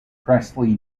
presley